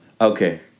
Okay